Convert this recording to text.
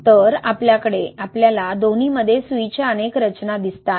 तर आपल्याला दोन्हीमध्ये सुईच्या अनेक रचना दिसतात